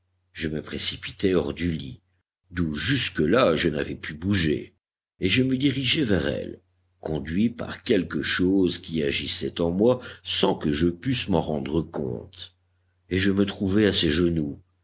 je me précipitai hors du lit d'où jusque-là je n'avais pu bouger et je me dirigeai vers elle conduit par quelque chose qui agissait en moi sans que je pusse m'en rendre compte et je me trouvai à ses genoux